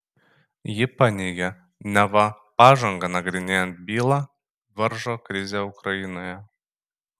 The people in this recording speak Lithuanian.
ji paneigė neva pažangą nagrinėjant bylą varžo krizė ukrainoje